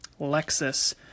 Lexus